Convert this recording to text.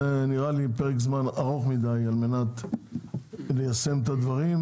זה נראה לי פרק זמן ארוך מדי על מנת ליישם את הדברים,